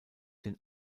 den